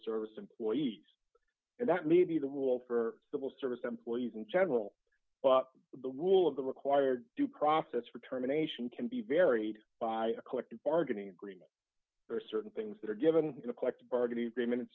service employees and that may be the rule for civil service employees in general the rule of the required due process for terminations can be varied by a collective bargaining agreement there are certain things that are given the collective bargaining agreement